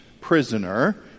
prisoner